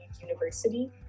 university